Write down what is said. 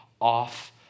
off